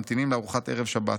ממתינים לארוחת ערב שבת,